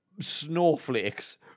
snowflakes